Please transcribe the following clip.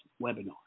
Webinar